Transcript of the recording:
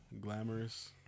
glamorous